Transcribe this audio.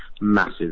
massive